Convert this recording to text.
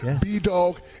B-Dog